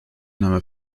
name